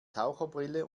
taucherbrille